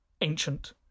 ancient